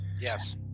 Yes